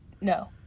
no